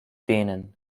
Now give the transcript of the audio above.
denen